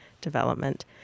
development